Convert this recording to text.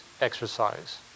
exercise